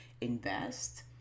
invest